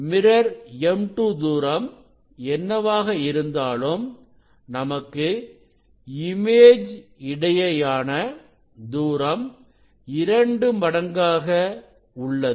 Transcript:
mirror M2 தூரம் என்னவாக இருந்தாலும் நமக்கு இமேஜ் இடையேயான தூரம் இரண்டு மடங்காக உள்ளது